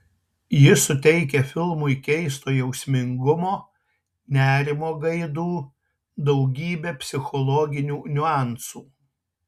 ji suteikia filmui keisto jausmingumo nerimo gaidų daugybę psichologinių niuansų